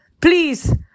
Please